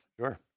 Sure